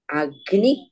agni